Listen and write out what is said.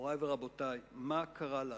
מורי ורבותי, מה קרה לנו?